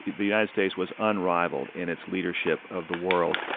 the united states was unrivaled in its leadership of the world.